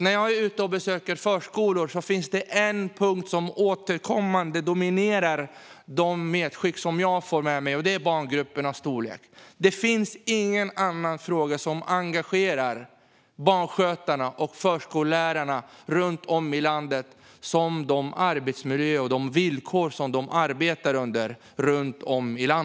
När jag är ute och besöker förskolor finns det en punkt som återkommande dominerar de medskick jag får med mig, och det är barngruppernas storlek. Det finns ingen annan fråga som engagerar barnskötarna och förskollärarna runt om i landet lika mycket när det gäller arbetsmiljön och de villkor de arbetar under.